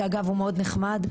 שאגב הוא מאוד נחמד,